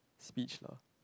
speech lah